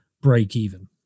break-even